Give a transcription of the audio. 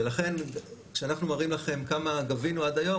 לכן כשאנחנו מראים לכם כמה גבינו עד היום,